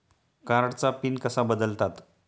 कार्डचा पिन कसा बदलतात?